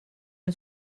est